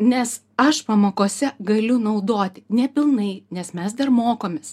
nes aš pamokose galiu naudoti nepilnai nes mes dar mokomės